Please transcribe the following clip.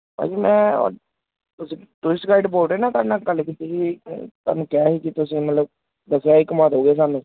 ਭਾਅ ਜੀ ਮੈਂ ਤੁਸੀਂ ਟੂਰਿਸਟ ਗਾਈਡ ਬੋਲ ਰਹੇ ਨਾ ਤੁਹਾਡੇ ਨਾਲ ਗੱਲ ਕੀਤੀ ਸੀ ਤੁਹਾਨੂੰ ਕਿਹਾ ਸੀ ਕਿ ਤੁਸੀਂ ਮਤਲਬ ਦੱਸਿਆ ਸੀ ਘੁੰਮਾ ਦਓਗੇ ਸਾਨੂੰ